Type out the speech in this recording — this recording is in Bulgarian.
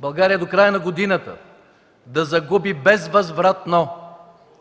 България до края на годината да загуби безвъзвратно